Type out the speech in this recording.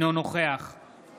נוכח